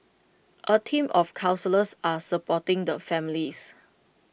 A team of counsellors are supporting the families